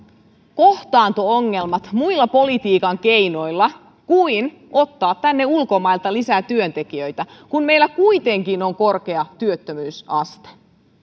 kohtaanto ongelmat muilla politiikan keinoilla kuin ottaa tänne ulkomailta lisää työntekijöitä kun meillä kuitenkin on korkea työttömyysaste